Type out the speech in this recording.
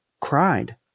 cried